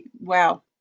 Wow